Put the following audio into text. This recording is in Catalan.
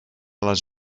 les